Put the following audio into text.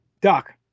doc